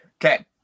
Okay